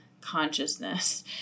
consciousness